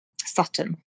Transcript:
Sutton